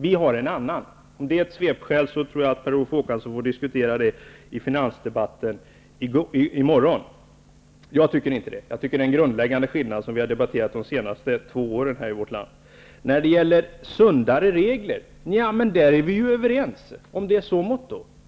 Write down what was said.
Vi har en annan uppfattning. Om det är ett svepskäl tror jag att Per Olof Håkansson får ta upp det i finansdebatten i morgon. Jag tycker inte att det är ett svepskäl. Jag tycker att det är en grundläggande skillnad, som vi här i vårt land har debatterat under de senaste två åren. Om mottot är ''sundare regler'' är vi överens.